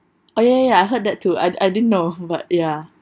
oh ya ya ya I heard that too I I didn't know but ya